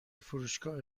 فروشگاه